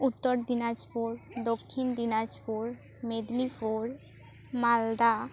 Uttar Dinajpur Dakshin Dinajpur Medinipur Malda